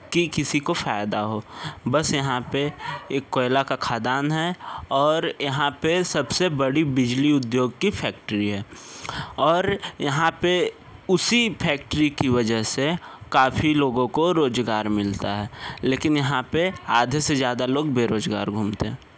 कि किसी को फ़ायदा हो बस यहाँ पर एक कोयले की खदान है और यहाँ पर सब से बड़ी बिजली उद्योग की फ़ेक्ट्री है और यहाँ पर उसी फेक्ट्री की वजह से काफ़ी लोगों को रोज़गार मिलता है लेकिन यहाँ पर आधे से ज़्यादा लोग बेरोज़गार घूमते हैं